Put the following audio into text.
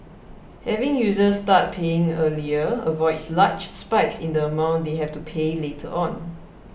having users start paying earlier avoids large spikes in the amount they have to pay later on